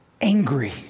angry